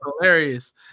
hilarious